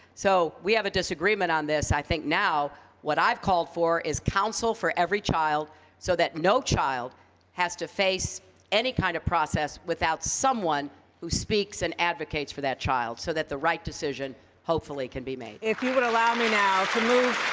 so we have a disagreement on this. i think now what i've called for is counsel for every child so that no child has to face any kind of process without someone who speaks and advocates for that child so that the right decision hopefully can be made. ifill if you would allow me now to move